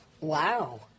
Wow